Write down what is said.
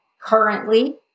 currently